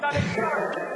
אתה ליצן.